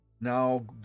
Now